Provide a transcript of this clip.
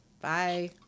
bye